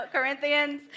Corinthians